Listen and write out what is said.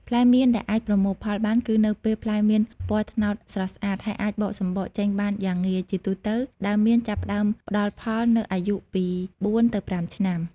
ផ្លែមៀនដែលអាចប្រមូលផលបាន គឺនៅពេលផ្លែមានពណ៌ត្នោតស្រស់ស្អាត ហើយអាចបកសំបកចេញបានយ៉ាងងាយ ជាទូទៅ ដើមមៀនចាប់ផ្តើមផ្តល់ផលនៅអាយុពី ៤ ទៅ ៥ ឆ្នាំ។